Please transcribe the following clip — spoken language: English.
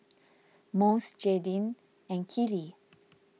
Mose Jadyn and Keely